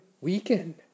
weekend